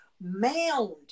mound